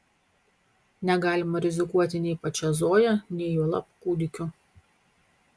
negalima rizikuoti nei pačia zoja nei juolab kūdikiu